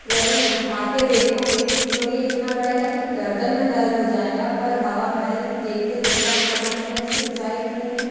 तो गर्दन उठा के देखोगे तो ये इतना बड़ा है कि आपके गर्दन में दर्द हो जाएगा पर हवा महल देखते देखते आप थकोगे नहीं और उसकी ऊँचाई इतनी है